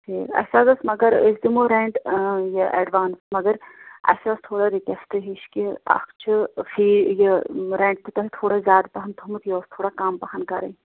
ٹھیٖک اَسہِ حظ اوس مَگر أسۍ دمو ریٚنٛٹ یہِ ایٚڈوانٕس مَگر اَسہِ ٲس تھوڑا رِکویٚسٹ ہِش کہِ اَکھ چھُ فِی یہِ رینٛٹ چھِ تۅہہِ تھوڑا زیادٕ پَہم تھوٚمُت یہِ اوس تھوڑا کَم پَہم کَرٕنۍ